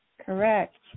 Correct